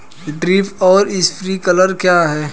Drip और sprinkler क्या हैं?